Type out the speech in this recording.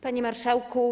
Panie Marszałku!